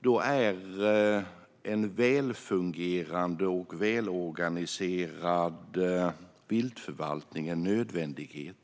Då är en välfungerande och välorganiserad viltförvaltning en nödvändighet.